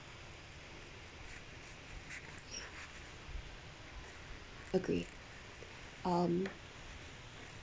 agree um